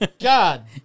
God